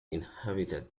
inhabited